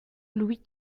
louis